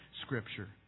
Scripture